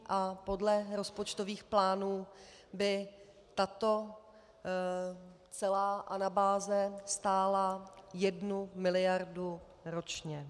A podle rozpočtových plánů by tato celá anabáze stála jednu miliardu ročně.